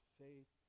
faith